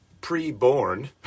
pre-born